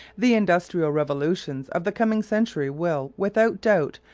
the industrial revolutions of the coming century will, without doubt,